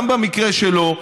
גם במקרה שלו,